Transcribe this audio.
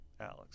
Alex